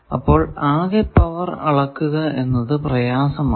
അപ്പോൾ ആകെയുള്ള പവർ അളക്കുക എന്നത് പ്രയാസമാണ്